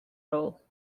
rule